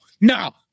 now